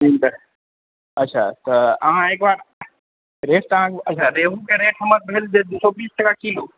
हुँ तऽ अच्छा तऽ अहाँ एक बार रेट तऽ अहाँके वहए अच्छा रेहुके रेट हमर भेल जे दू सए बीस टका किलो